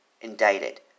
indicted